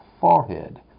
forehead